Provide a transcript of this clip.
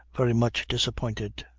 very much disappointed.